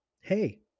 Hey